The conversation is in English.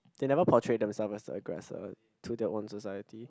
they never portray themselves as the aggressor to their own society